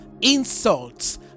insults